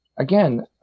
again